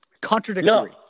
contradictory